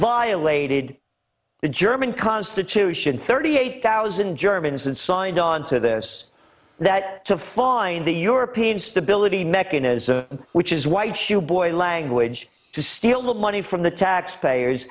violated the german constitution thirty eight thousand germans and signed on to this that to find the european stability mechanism which is white shoe boy language to steal the money from the taxpayers